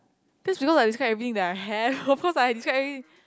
that is because I describe everything that I have of course I will have to describe everything